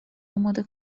آماده